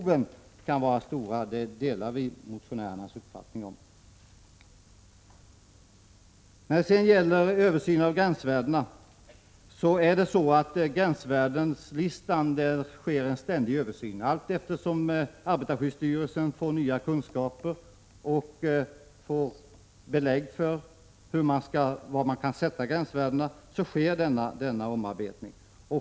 Vi delar motionärernas uppfattning om behoven. Beträffande översynen av gränsvärdena är det faktiskt så, att det sker en ständig översyn. Allteftersom arbetarskyddsstyrelsen får nya kunskaper och får belägg för var man kan sätta gränsvärden sker denna omarbetning.